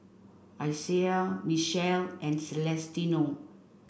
Isiah Michele and Celestino